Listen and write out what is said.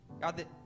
god